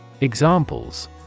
Examples